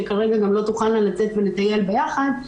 שכרגע גם לא תוכלנה לצאת ולטייל ביחד,